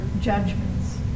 judgments